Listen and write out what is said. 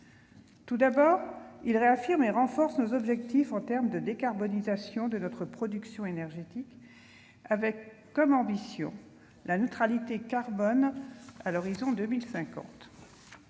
Tout d'abord, il réaffirme et renforce nos objectifs en termes de décarbonisation de notre production énergétique, avec comme ambition la neutralité carbone à l'horizon 2050.